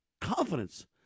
confidence